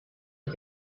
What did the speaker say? had